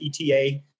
ETA